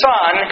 Son